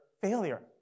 failure